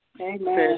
Amen